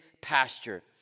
pasture